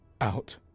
out